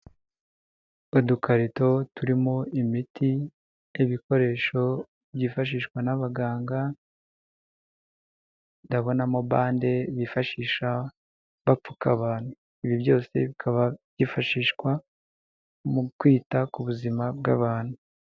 Udukarito turimo imiti n'ibikoresho byifashishwa n'abaganga, ndabonamo bande bifashisha bapfukama abantu, ibi byose bikaba byifashishwa mu kwita ku buzima bw'abantu.